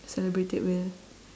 celebrate it with